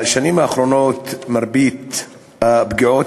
בשנים האחרונות מרבית הפגיעות,